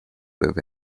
desde